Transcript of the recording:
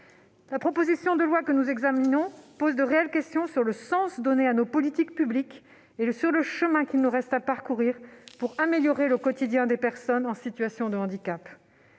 La proposition de loi que nous examinons pose de réelles questions sur le sens donné à nos politiques publiques et sur le chemin qu'il nous reste à parcourir pour améliorer le quotidien des personnes en situation de handicap.